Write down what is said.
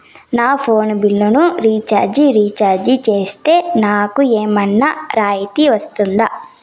నా ఫోను బిల్లును recharge recharge సేస్తే, నాకు ఏమన్నా రాయితీ వస్తుందా?